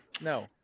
No